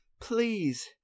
please